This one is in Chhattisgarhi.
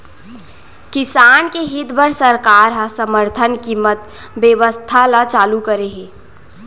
किसान के हित बर सरकार ह समरथन कीमत बेवस्था ल चालू करे हे